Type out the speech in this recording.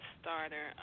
starter